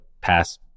pass